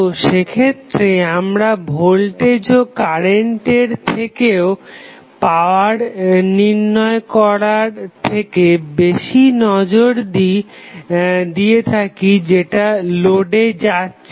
তো সেক্ষেত্রে আমরা ভোল্টেজ ও কারেন্টের থেকেও পাওয়ার নির্ণয় করার দিকে বেশি নজর দিয়ে থাকি যেটা লোডে যাচ্ছে